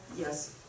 Yes